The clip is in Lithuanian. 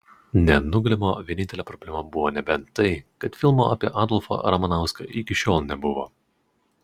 nenugalimo vienintelė problema buvo nebent tai kad filmo apie adolfą ramanauską iki šiol nebuvo